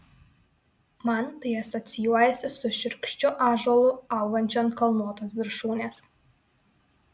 man tai asocijuojasi su šiurkščiu ąžuolu augančiu ant kalnuotos viršūnės